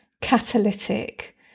catalytic